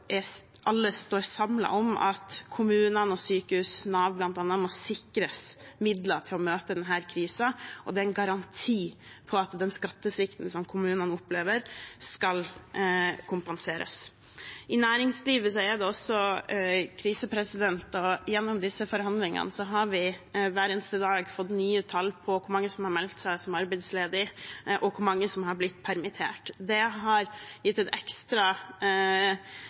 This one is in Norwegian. alle står samlet om – at kommunene og sykehusene og Nav, bl.a., må sikres midler til å møte denne krisen, og at det er en garanti for at den skattesvikten kommunene opplever, skal kompenseres. I næringslivet er det også krise, og gjennom disse forhandlingene har vi hver eneste dag fått nye tall på hvor mange som har meldt seg som arbeidsledig, og hvor mange som har blitt permittert. Det har gitt et ekstra